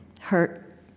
hurt